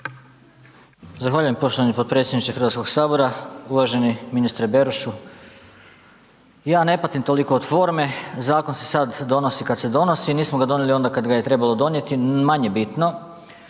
Zahvaljujem poštovani potpredsjedniče HS, uvaženi ministre Berošu. Ja ne patim toliko od forme, zakon se sad donosi kad se donosi, nismo ga donijeli onda kad ga je trebalo donijeti, manje bitno,